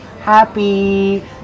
happy